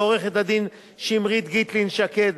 לעורכת-הדין שמרית גיטלין-שקד,